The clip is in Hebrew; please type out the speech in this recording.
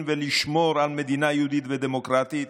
ולשמור על מדינה יהודית ודמוקרטית